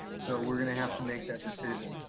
so we're going to have to make that decision.